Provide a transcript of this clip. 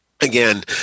Again